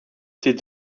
ces